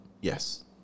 Yes